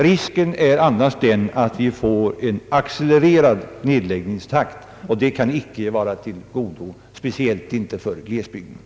Risken är annars att vi får en accelererad nedläggningstakt, och det kan icke vara till godo för någon, speciellt inte för befolkningen i glesbygderna.